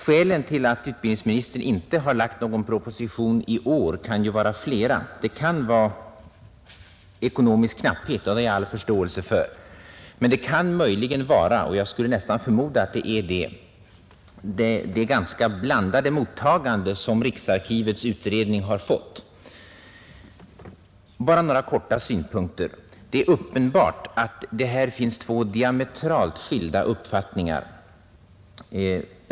Skälen till att utbildningsministern inte har lagt någon proposition i år kan ju vara flera. Det kan vara ekonomisk knapphet, och det har jag all förståelse för. Men det kan möjligen vara — och jag skulle nästan förmoda att det är det — det ganska blandade mottagande som riksarkivets utredning har fått. Bara några korta synpunkter! Det är uppenbart att det här finns två diametralt skilda uppfattningar.